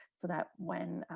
so that when